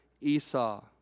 Esau